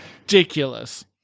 ridiculous